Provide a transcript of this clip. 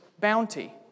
bounty